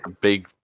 Big